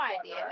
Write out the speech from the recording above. idea